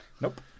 nope